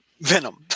Venom